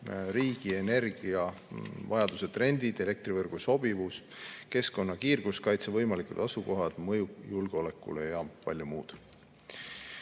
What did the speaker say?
riigi energiavajaduse trende, elektrivõrgu sobivust, keskkonna‑ ja kiirguskaitset, võimalikke asukohti, mõju julgeolekule ja palju muud.